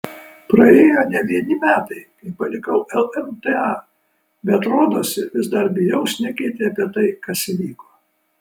praėjo ne vieni metai kai palikau lmta bet rodosi vis dar bijau šnekėti apie tai kas įvyko